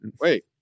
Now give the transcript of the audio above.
Wait